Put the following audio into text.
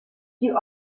die